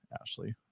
Ashley